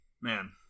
man